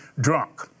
drunk